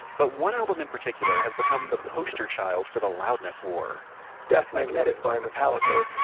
but one album in particular has become the poster child for the loudness war death magnetic by metallica